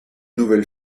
nouvelle